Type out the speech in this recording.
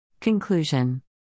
Conclusion